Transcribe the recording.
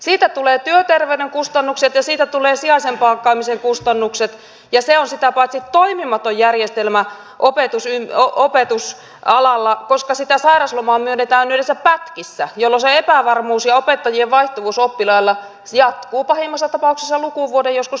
siitä tulee työterveyden kustannukset ja siitä tulee sijaisen palkkaamisen kustannukset ja se on sitä paitsi toimimaton järjestelmä opetusalalla koska sitä sairauslomaa myönnetään yleensä pätkissä jolloin se epävarmuus ja opettajien vaihtuvuus oppilailla jatkuu pahimmassa tapauksessa lukuvuoden joskus toisenkin